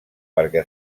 perquè